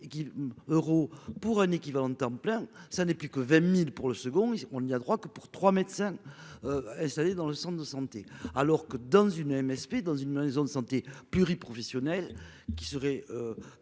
pour un équivalent temps plein, ça n'est plus que 20.000 pour le second. On y a droit que pour 3 médecins. Installés dans le centre de santé alors que dans une MSP dans une maison de santé pluri-professionnelles qui serait.